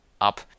Up